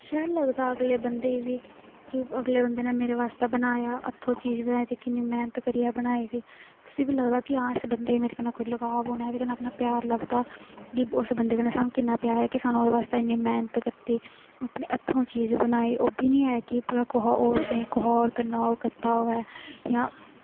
शैल लगदा अगले बंदे गी बी कि अगले बंदे ने मेरे बास्तै बनाया हत्थों चीज़ बनाई दी किन्नी मैह्नत करियै बनाई दी उसी बी लगदा कि हां इस बंदे गी मेरे कन्नै कोई लगाव होना एह्दे कन्नै प्यार लभदा कि उस बंदे कन्नै सानूं किन्ना प्यार ऐ कि सानूं ओह्दे बास्तै इन्नी मैह्नत कीती अपने हत्थों चीज़ बनाई ओह् बी निं ऐ कि भला कुसै कोला होर कुसै होर कन्नै ओह् कीता होऐ जां